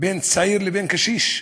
בין צעיר לבין קשיש.